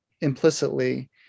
implicitly